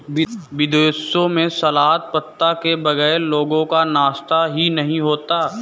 विदेशों में सलाद पत्ता के बगैर लोगों का नाश्ता ही नहीं होता